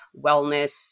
wellness